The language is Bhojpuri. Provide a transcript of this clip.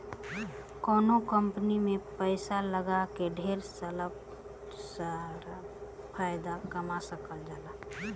कवनो कंपनी में पैसा लगा के ढेर फायदा कमा सकल जाला